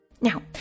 Now